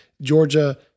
Georgia